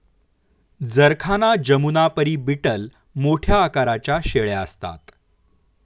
जरखाना जमुनापरी बीटल मोठ्या आकाराच्या शेळ्या असतात